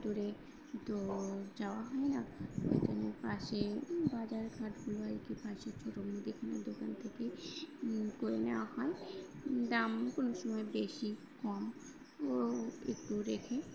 দূরে তো যাওয়া হয় না ওইখানে পাশে বাজারহাটগুলোয় কি পাশে ছোটো মুদিখানার দোকান থেকে করে নেওয়া হয় দাম কোনো সময় বেশি কম ও একটু রেখে